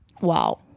Wow